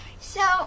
So-